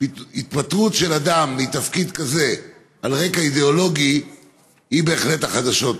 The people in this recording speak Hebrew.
התפטרות של אדם מתפקיד כזה על רקע אידיאולוגי היא בהחלט החדשות.